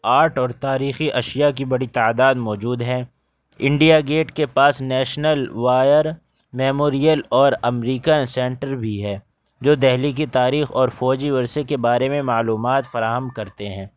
آٹ اور تاریخی اشیا کی بڑی تعداد موجود ہے انڈیا گیٹ کے پاس نیشنل وائر میموریل اور امریکن سینٹر بھی ہے جو دہلی کی تاریخ اور فوجی ورثے کے بارے میں معلومات فراہم کرتے ہیں